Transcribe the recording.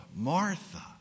Martha